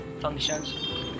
functions